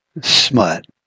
Smut